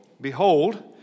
behold